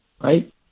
right